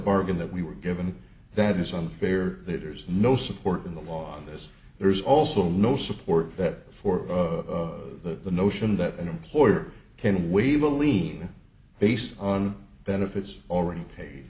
bargain that we were given that is unfair that there's no support in the law on this there's also no support that for of that the notion that an employer can waive a lien based on benefits already paid